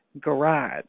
garage